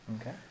Okay